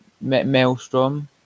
maelstrom